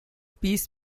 piece